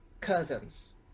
cousins